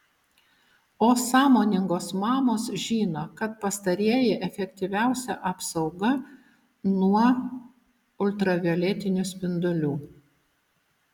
o sąmoningos mamos žino kad pastarieji efektyviausia apsauga nuo ultravioletinių spindulių